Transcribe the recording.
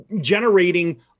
generating